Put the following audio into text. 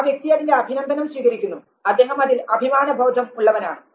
ആ വ്യക്തി അതിൻറെ അഭിനന്ദനം സ്വീകരിക്കുന്നു അദ്ദേഹം അതിൽ അഭിമാനബോധം ഉള്ളവനാണ്